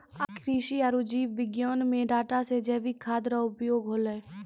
कृषि आरु जीव विज्ञान मे डाटा से जैविक खाद्य रो उपयोग होलै